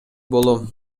болом